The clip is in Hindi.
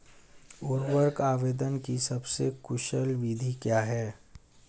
उर्वरक आवेदन की सबसे कुशल विधि क्या है?